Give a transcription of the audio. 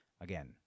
Again